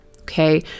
Okay